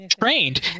trained